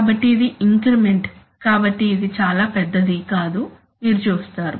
కాబట్టి ఇది ఇంక్రిమెంట్ కాబట్టి ఇది చాలా పెద్దది కాదు మీరు చూస్తారు